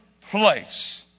place